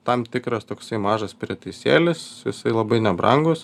tam tikras toksai mažas prietaisėlis jisai labai nebrangus